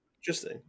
Interesting